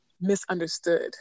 misunderstood